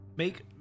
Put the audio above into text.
Make